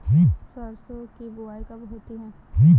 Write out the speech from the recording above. सरसों की बुआई कब होती है?